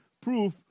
proof